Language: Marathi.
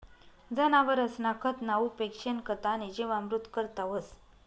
जनावरसना खतना उपेग शेणखत आणि जीवामृत करता व्हस